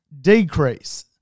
decrease